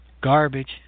Garbage